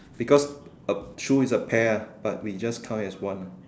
because a shoe is a pair ah but we just count it as one ah